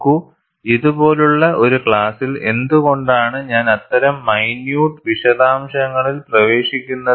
നോക്കൂ ഇതുപോലുള്ള ഒരു ക്ലാസ്സിൽ എന്തുകൊണ്ടാണ് ഞാൻ അത്തരം മൈന്യുട്ട് വിശദാംശങ്ങളിൽ പ്രവേശിക്കുന്നത്